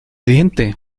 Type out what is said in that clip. diente